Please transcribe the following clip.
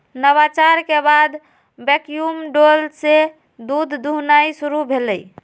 नवाचार के बाद वैक्यूम डोल से दूध दुहनाई शुरु भेलइ